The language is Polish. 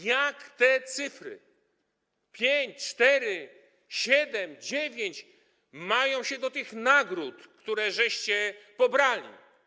Jak te liczby - 5, 4, 7, 9 - mają się do tych nagród, któreście pobrali.